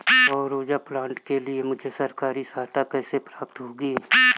सौर ऊर्जा प्लांट के लिए मुझे सरकारी सहायता कैसे प्राप्त होगी?